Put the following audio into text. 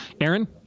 Aaron